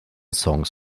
songs